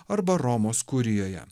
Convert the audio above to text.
arba romos kurijoje